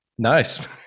Nice